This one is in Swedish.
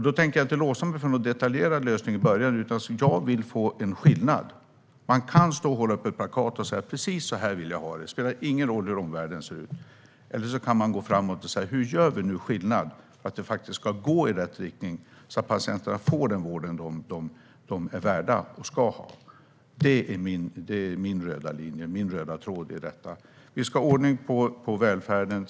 Då tänker jag inte låsa mig för någon detaljerad lösning i början, utan jag vill få en skillnad. Man kan stå och hålla upp ett plakat och säga att precis så här vill jag ha det; det spelar ingen roll hur omvärlden ser ut. Eller så kan man gå framåt och säga: Hur gör vi nu skillnad i rätt riktning så att patienterna verkligen får den vård som de är värda och ska ha? Det är min röda tråd i detta. Vi ska ha ordning på välfärden.